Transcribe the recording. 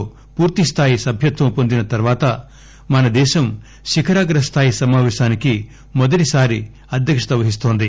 లో పూర్తి స్థాయి సభ్యత్వం పొందిన తర్వాత మనదేశం శిఖరాగ్ర స్థాయి సమాపేశానికి మొదటిసారి అధ్యక్షత వహిస్తోంది